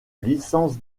licence